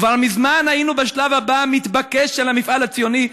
כבר מזמן היינו בשלב הבא המתבקש של המפעל הציוני,